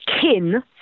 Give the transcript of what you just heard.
kin